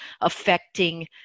affecting